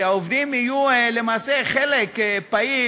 שהעובדים יהיו למעשה חלק פעיל,